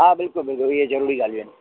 हा बिल्कुल बिल्कुल इहे ज़रूरी ॻाल्हियूं आहिनि